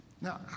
Now